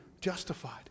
justified